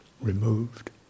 removed